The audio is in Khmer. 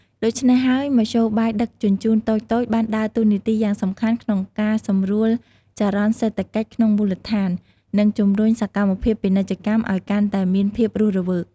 ដូច្នេះហើយ មធ្យោបាយដឹកជញ្ជូនតូចៗបានដើរតួនាទីយ៉ាងសំខាន់ក្នុងការសម្រួលចរន្តសេដ្ឋកិច្ចក្នុងមូលដ្ឋាន និងជំរុញសកម្មភាពពាណិជ្ជកម្មឱ្យកាន់តែមានភាពរស់រវើក។